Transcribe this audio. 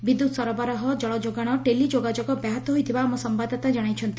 ବିଦ୍ୟୁତ୍ ସରବରାହ ଜଳଯୋଗାଶ ଟେଲି ଯୋଗାଯୋଗ ବ୍ୟାହତ ହୋଇଥିବା ଆମ ସମ୍ୟାଦଦାତା ଜଣାଇଛନ୍ତି